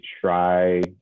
try